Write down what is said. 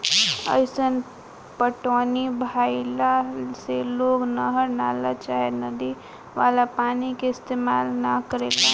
अईसन पटौनी भईला से लोग नहर, नाला चाहे नदी वाला पानी के इस्तेमाल न करेला